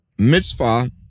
Mitzvah